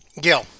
Gil